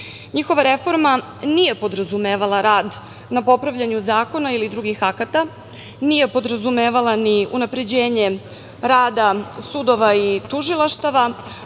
ništa. Njihova reforma nije podrazumevala rad na popravljanju zakona ili drugih akata, nije podrazumevala ni unapređenje rada sudova i tužilaštava,